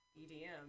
EDM